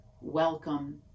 welcome